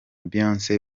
beyonce